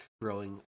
growing